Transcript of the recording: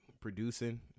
producing